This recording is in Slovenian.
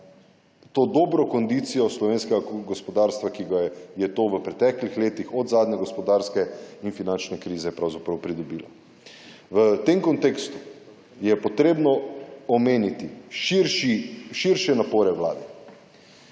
to dobro kondicijo slovenskega gospodarstva, ki ga je to v preteklih letih, od zadnje gospodarske in finančne krize pravzaprav pridobilo. V tem kontekstu je potrebno omeniti širše napore Vlade.